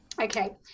Okay